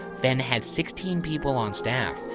fenn had sixteen people on staff,